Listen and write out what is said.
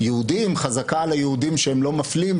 חזקה על היהודים שהם לא מפלים,